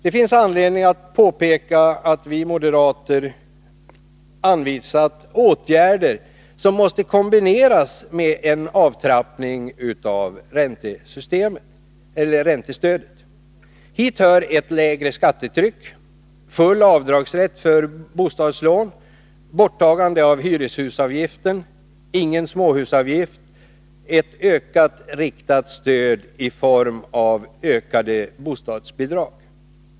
Det finns anledning att påpeka att vi moderater anvisat åtgärder som måste kombineras med en avtrappning av räntestödet. Hit hör ett lägre skattetryck, full avdragsrätt för bostadslån, borttagande av hyreshusavgiften, ingen småhusavgift och ett ökat riktat stöd i form av ökade bostadsbidrag.